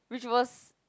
which was